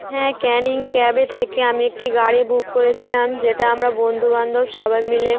হ্যাঁ ক্যানিং ক্যাবের থেকে আমি একটি গাড়ি বুক করেছিলাম যেটা আমরা বন্ধুবান্ধব সবাই মিলে